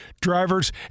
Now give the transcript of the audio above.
drivers